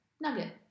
Nugget